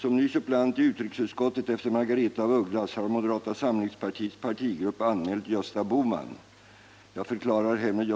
Som ny suppleant i utrikesutskottet efter Margaretha af Ugglas har moderata samlingspartiets partigrupp anmält Gösta Bohman.